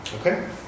Okay